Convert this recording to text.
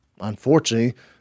Unfortunately